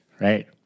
right